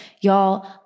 Y'all